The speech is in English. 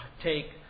take